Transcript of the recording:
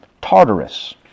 Tartarus